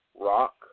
rock